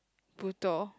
brutal